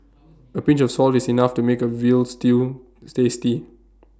A pinch of salt is enough to make A Veal Stew tasty